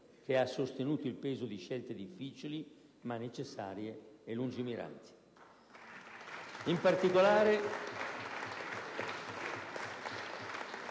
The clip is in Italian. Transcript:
che ha sostenuto il peso di scelte difficili ma necessarie e lungimiranti.